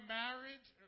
marriage